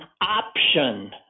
option